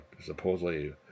supposedly